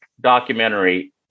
documentary